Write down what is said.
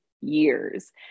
years